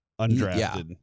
undrafted